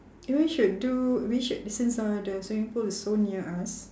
we should do we should since uh the swimming pool is so near us